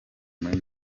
muri